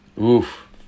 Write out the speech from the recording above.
Oof